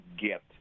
get